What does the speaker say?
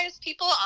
people